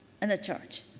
and a church,